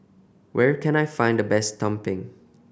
where can I find the best tumpeng